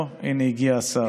אוה, הינה, הגיע השר.